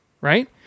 right